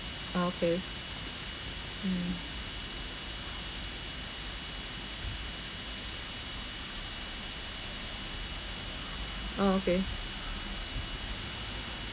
ah okay hmm orh okay